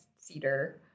cedar